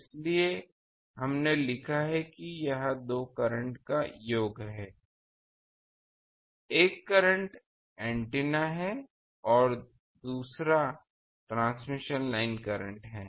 इसलिए हमने लिखा है कि यह दो करंट का योग है एक एंटीना करंट है दूसरा ट्रांसमिशन लाइन करंट है